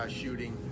shooting